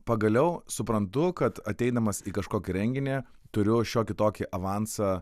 pagaliau suprantu kad ateidamas į kažkokį renginį turiu šiokį tokį avansą